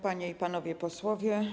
Panie i Panowie Posłowie!